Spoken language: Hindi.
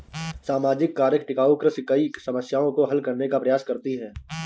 सामाजिक कारक टिकाऊ कृषि कई समस्याओं को हल करने का प्रयास करती है